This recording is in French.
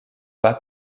pas